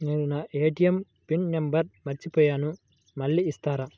నేను నా ATM PIN number మర్చిపోయాను మళ్ళీ ఇస్తారా?